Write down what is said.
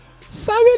Sorry